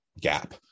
gap